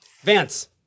Vance